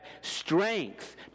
strength